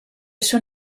són